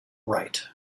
right